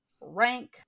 rank